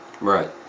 right